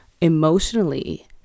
emotionally